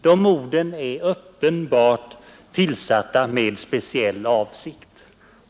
De orden är uppenbart tillsatta med speciell avsikt.